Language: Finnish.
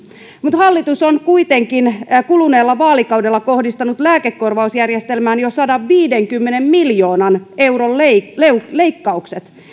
mutta hallitus on kuitenkin kuluneella vaalikaudella kohdistanut lääkekorvausjärjestelmään jo sadanviidenkymmenen miljoonan euron leikkaukset leikkaukset